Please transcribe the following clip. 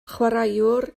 chwaraewr